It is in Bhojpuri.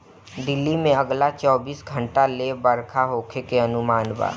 दिल्ली में अगला चौबीस घंटा ले बरखा होखे के अनुमान बा